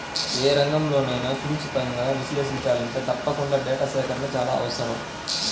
ఏ రంగన్నైనా సునిశితంగా విశ్లేషించాలంటే తప్పకుండా డేటా సేకరణ చాలా అవసరం